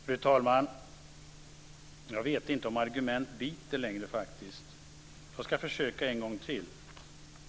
Fru talman! Jag vet inte om argument biter längre. Jag ska försöka en gång till.